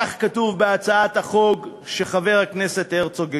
כך כתוב בהצעת החוק שחבר הכנסת הרצוג הגיש: